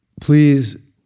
please